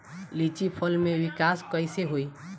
लीची फल में विकास कइसे होई?